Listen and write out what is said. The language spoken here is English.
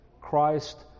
Christ